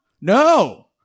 No